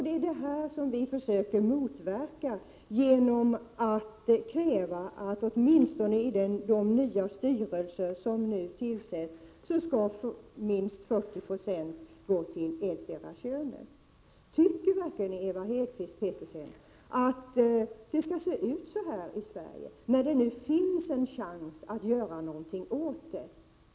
Det är detta som vi försöker motverka genom att kräva att åtminstone i de nya styrelser som nu tillsätts 40 96 av 117 styrelseposterna skall gå till ettdera könet. Tycker Ewa Hedkvist Petersen verkligen att det skall se ut så här i Sverige, när det nu finns en chans att göra någonting åt det?